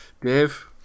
Dave